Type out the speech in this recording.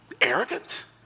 arrogant